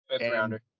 Fifth-rounder